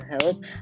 help